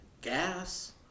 gas